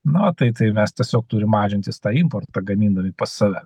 na tai tai mes tiesiog turim mažintis tą importą gamindami pas save